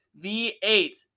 V8